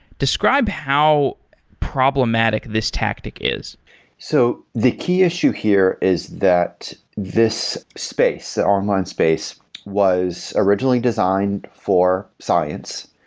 describe how problematic this tactic is so the key issue here is that this space, the online space was originally designed for science.